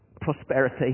prosperity